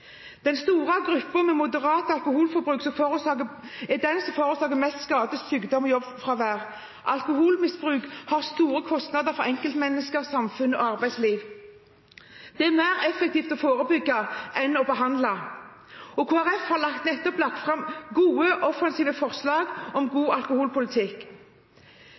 Den store gruppen med moderat alkoholforbruk er de som forårsaker mest skade, sykdom og jobbfravær. Alkoholmisbruk har store kostnader for enkeltmennesker, samfunn og arbeidsliv. Det er mer effektivt å forebygge enn å behandle. Kristelig Folkeparti har nettopp lagt fram gode, offensive forslag om god alkoholpolitikk.